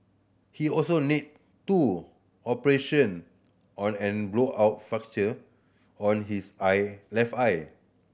he also needed two operation on an blowout fracture on his eye left eye